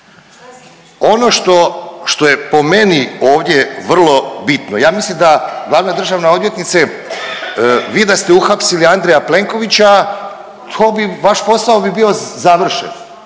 što, što je po meni ovdje vrlo bitno, ja mislim da glavna državna odvjetnice vi da ste uhapsili Andreja Plenkovića to bi, vaš posao bi bio završen.